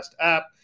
app